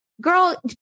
Girl